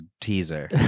teaser